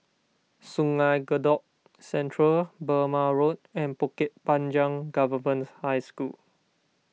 Sungei Kadut Central Burmah Road and Bukit Panjang Government High School